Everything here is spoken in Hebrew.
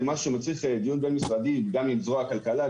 זה מצריך דיון בין-משרדי גם עם זרוע הכלכלה,